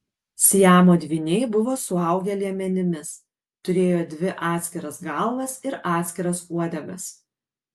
siamo dvyniai buvo suaugę liemenimis turėjo dvi atskiras galvas ir atskiras uodegas